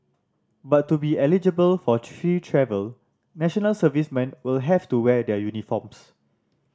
but to be eligible for free travel national servicemen will have to wear their uniforms